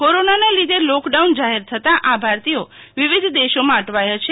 કોરોનાને લીધે લોકડાઉન જાહેર થતા આ ભારતીયો વિવિધ દેશોમાં અટવાયા છે